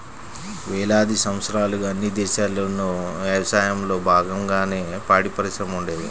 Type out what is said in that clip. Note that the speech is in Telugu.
వేలాది సంవత్సరాలుగా అన్ని దేశాల్లోనూ యవసాయంలో బాగంగానే పాడిపరిశ్రమ ఉండేది